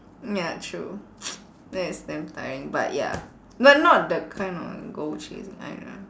ya true that is damn tiring but ya but not the kind of goal chasing